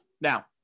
Now